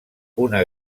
una